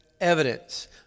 evidence